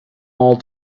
all